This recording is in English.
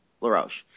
LaRoche